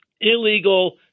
illegal